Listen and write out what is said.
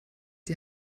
die